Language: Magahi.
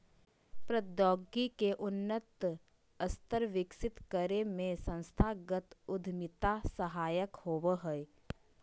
प्रौद्योगिकी के उन्नत स्तर विकसित करे में संस्थागत उद्यमिता सहायक होबो हय